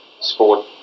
sport